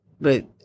But-